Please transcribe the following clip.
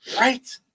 Right